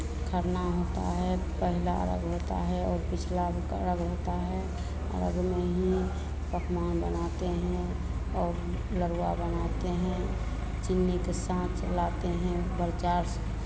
खरना होता है और पहला अरघ होता है और दूसरा अरघ होता है और वहीं पकवान बनाते हैं और लडुआ बनाते हैं चीनी के साथ लाते हैं ऊपर चास